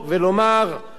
על מוצרים x,